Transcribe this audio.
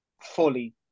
fully